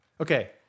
Okay